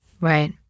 Right